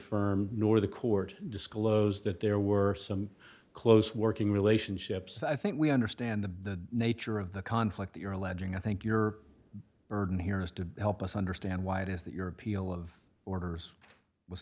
firm nor the court disclosed that there were some close working relationship so i think we understand the nature of the conflict you're alleging i think your burden here is to help us understand why it is that your appeal of orders was